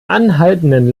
anhaltenden